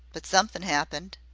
but somethin' appened.